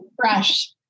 fresh